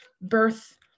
birth